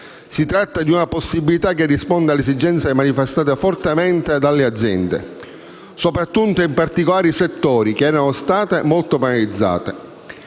Si tratta di una possibilità che risponde alle esigenze manifestate fortemente dalle aziende, soprattutto in particolari settori, che erano state molto penalizzate.